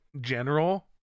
general